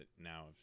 now